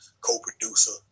co-producer